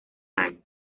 años